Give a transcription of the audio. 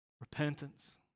repentance